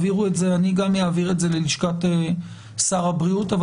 אני גם אעביר את זה ללשכת שר הבריאות אבל